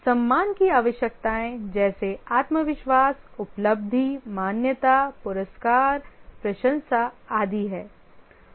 सम्मान की आवश्यकताएं जैसे आत्मविश्वास उपलब्धि मान्यता पुरस्कार प्रशंसा आदि हैं